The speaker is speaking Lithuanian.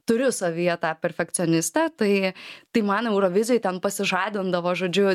turiu savyje tą perfekcionistę tai tai man eurovizijoj ten pasižadindavo žodžiu